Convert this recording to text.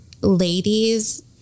ladies